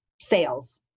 sales